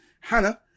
Hannah